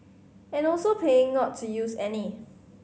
and also paying not to use any